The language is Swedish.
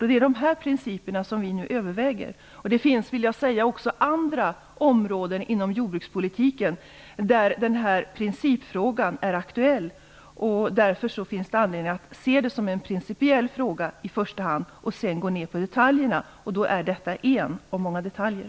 Och det är dessa principer som nu övervägs. Det finns också andra områden inom jordbrukspolitiken där denna principfråga är aktuell. Därför finns det anledning att se frågan i första hand såsom principiell. Sedan får man se närmare på detaljerna, och detta är en av många detaljer.